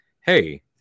hey